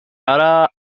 أرى